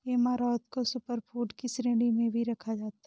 amaranth को super food की श्रेणी में भी रखा जाता है